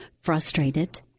frustrated